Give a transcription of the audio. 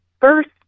first